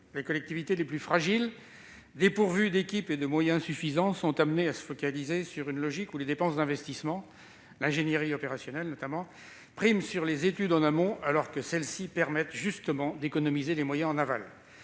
Les collectivités les plus fragiles, dépourvues d'équipes et de moyens suffisants, sont amenées à se focaliser sur une logique où les dépenses d'investissement, l'ingénierie opérationnelle notamment, l'emportent sur les études en amont, alors que celles-ci permettent justement d'économiser des moyens en aval.